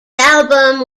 album